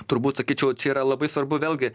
turbūt sakyčiau čia yra labai svarbu vėlgi